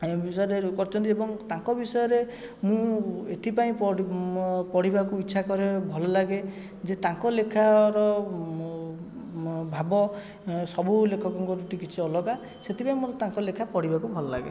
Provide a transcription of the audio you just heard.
ଏହି ବିଷୟରେ କରିଛନ୍ତି ଏବଂ ତାଙ୍କ ବିଷୟରେ ମୁଁ ଏଥିପାଇଁ ପଢ଼ୁ ପଢ଼ିବାକୁ ଇଛା କରେ ଭଲ ଲାଗେ ଯେ ତାଙ୍କ ଲେଖାର ଭାବ ସବୁ ଲେଖକଙ୍କଠୁ ଟିକେ କିଛି ଅଲଗା ସେଥିପାଇଁ ମୋତେ ତାଙ୍କ ଲେଖା ପଢ଼ିବାକୁ ଭଲ ଲାଗେ